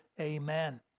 Amen